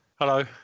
Hello